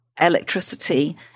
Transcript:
electricity